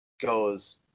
goes